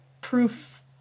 proof